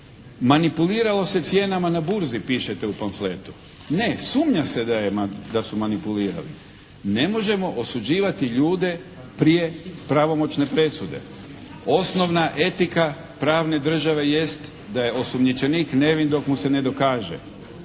Manipuliralo se cijenama na burzi, pišete u pamfletu. Ne, sumnja se da je, da su manipulirali. Ne možemo osuđivati ljude prije pravomoćne presude. Osnovna etika pravne države jest da je osumnjičenik nevin dok mu se ne dokaže.